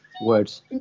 words